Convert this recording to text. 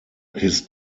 his